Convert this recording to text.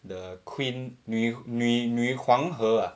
the queen 女女女王河